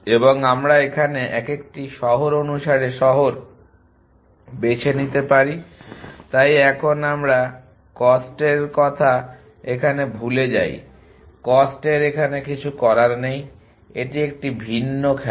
এবং আমরা এখানে এক একটি শহর অনুসারে শহর বেছে নিতে পারি তাই এখন আমরা কস্ট এর কথা এখানে ভুলে যাই কস্ট এর এখানে কিছু করার নেই এটি একটি ভিন্ন খেলা